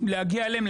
להגיע אליהם,